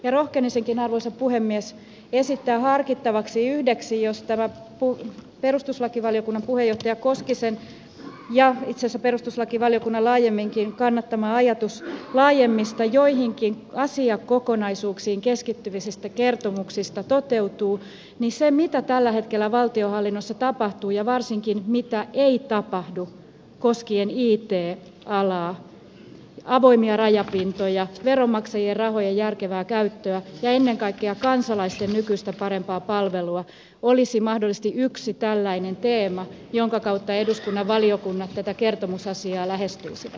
rohkenisinkin arvoisa puhemies esittää harkittavaksi siihen liittyen jos tämä perustuslakivaliokunnan puheenjohtaja koskisen ja itse asiassa perustuslakivaliokunnan laajemminkin kannattama ajatus laajemmista joihinkin asiakokonaisuuksiin keskittyvistä kertomuksista toteutuu mitä tällä hetkellä valtionhallinnossa tapahtuu ja varsinkin mitä ei tapahdu koskien it alaa avoimia rajapintoja veronmaksajien rahojen järkevää käyttöä ja ennen kaikkea kansalaisten nykyistä parempaa palvelua että olisi mahdollisesti yksi teema jonka kautta eduskunnan valiokunnat kertomusasiaa lähestyisivät